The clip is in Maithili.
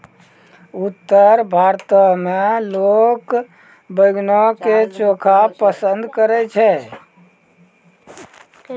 उत्तर भारतो मे लोक बैंगनो के चोखा पसंद करै छै